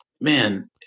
man